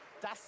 das